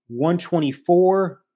124